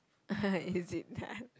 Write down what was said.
is it